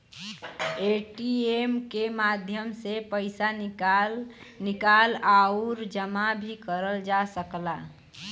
ATM के माध्यम से पइसा निकाल आउर जमा भी करल जा सकला